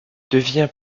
devient